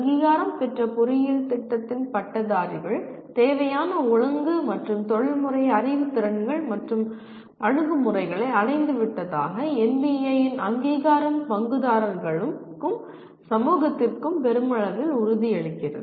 அங்கீகாரம் பெற்ற பொறியியல் திட்டத்தின் பட்டதாரிகள் தேவையான ஒழுங்கு மற்றும் தொழில்முறை அறிவு திறன்கள் மற்றும் அணுகுமுறைகளை அடைந்துவிட்டதாக NBA இன் அங்கீகாரம் பங்குதாரர்களுக்கும் சமூகத்திற்கும் பெருமளவில் உறுதியளிக்கிறது